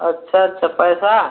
अच्छा अच्छा पैसा